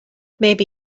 maybe